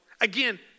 again